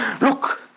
Look